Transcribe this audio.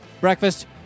Breakfast